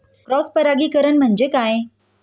Cross परागीकरण म्हणजे काय?